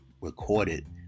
recorded